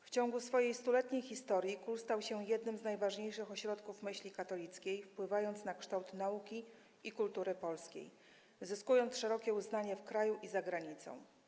W ciągu swojej 100-letniej historii KUL stał się jednym z najważniejszych ośrodków myśli katolickiej, wpływając na kształt nauki i kultury polskiej, zyskując szerokie uznanie w kraju i za granicą.